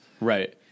Right